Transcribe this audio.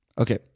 Okay